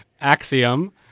Axiom